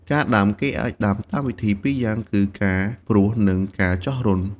ការដាំ គេអាចដាំតាមវិធីពីរយ៉ាងគឺ ការព្រោះ និងការចោះរន្ធ។